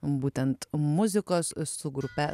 būtent muzikos su grupe